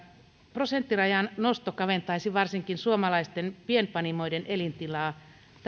prosenttirajan nosto kaventaisi varsinkin suomalaisten pienpanimoiden elintilaa